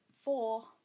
four